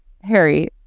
Harry